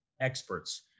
experts